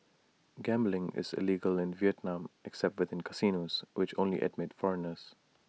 gambling is illegal in Vietnam except within the casinos which only admit foreigners